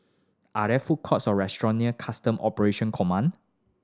are there food courts or restaurant near Custom Operation Command